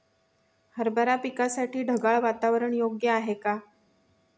हरभरा पिकासाठी ढगाळ वातावरण योग्य आहे का?